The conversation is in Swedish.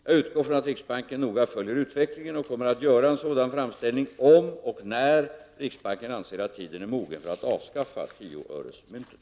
Jag utgår från att riksbanken noga följer utvecklingen och kommer att göra en sådan framställning om och när riksbanken anser att tiden är mogen för att avskaffa tioöresmyntet.